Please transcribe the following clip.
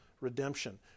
redemption